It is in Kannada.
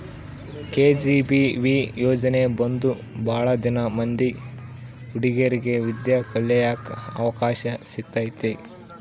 ಕೆ.ಜಿ.ಬಿ.ವಿ ಯೋಜನೆ ಬಂದು ಭಾಳ ಮಂದಿ ಹುಡಿಗೇರಿಗೆ ವಿದ್ಯಾ ಕಳಿಯಕ್ ಅವಕಾಶ ಸಿಕ್ಕೈತಿ